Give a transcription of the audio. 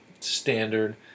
Standard